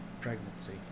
pregnancy